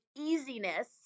easiness